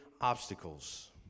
obstacles